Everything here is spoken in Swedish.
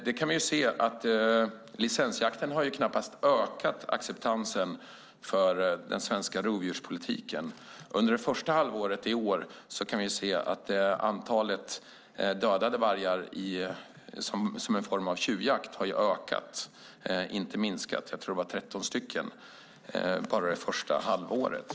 Vi kan se att licensjakten knappast har ökat acceptansen för den svenska rovdjurspolitiken. Under första halvåret i år har, kan vi se, antalet dödade vargar i formen av tjuvjakt ökat, inte minskat. Jag tror att det rör sig om 13 djur bara under det första halvåret.